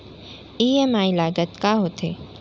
EMI लागत का होथे?